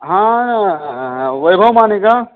हां वैभव माने का